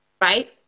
right